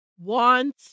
want